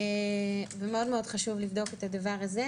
חשוב לבדוק את זה.